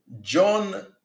John